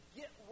get